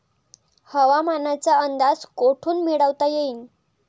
हवामानाचा अंदाज कोठून मिळवता येईन?